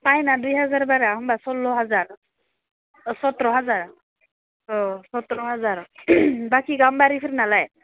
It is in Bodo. पाइना दुइ हाजार बारा होमब्ला सल्ल'हाजार अ सत्र' हाजार सत्र' हाजार बाखि गाम्बारि फोरनालाय